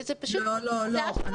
זה פשוט --- לא, לא, לא.